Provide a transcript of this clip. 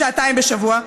שעתיים בשבוע?